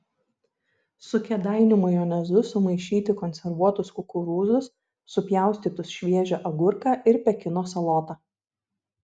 su kėdainių majonezu sumaišyti konservuotus kukurūzus supjaustytus šviežią agurką ir pekino salotą